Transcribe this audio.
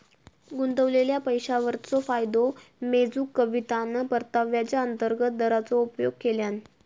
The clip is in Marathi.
गुंतवलेल्या पैशावरचो फायदो मेजूक कवितान परताव्याचा अंतर्गत दराचो उपयोग केल्यान